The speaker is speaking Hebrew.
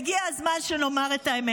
והגיע הזמן שנאמר את האמת.